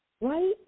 Right